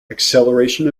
acceleration